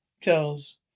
Charles